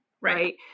right